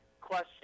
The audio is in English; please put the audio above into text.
question